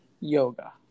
Yoga